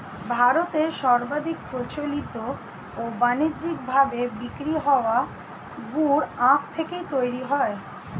ভারতে সর্বাধিক প্রচলিত ও বানিজ্যিক ভাবে বিক্রি হওয়া গুড় আখ থেকেই তৈরি হয়